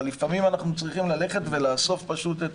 אבל לפעמים אנחנו צריכים ללכת ולאסוף את